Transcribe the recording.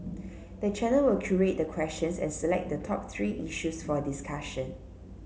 the channel will curate the questions and select the top three issues for discussion